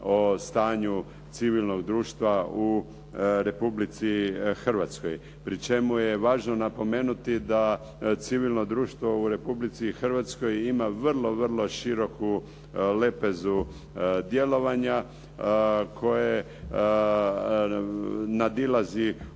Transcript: o stanju civilnog društva u Republici Hrvatskoj, pri čemu je važno napomenuti da civilno društvo u Republici Hrvatskoj ima vrlo, vrlo široku lepezu djelovanja koje nadilazi u one